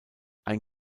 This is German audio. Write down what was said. ein